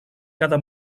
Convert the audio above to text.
cada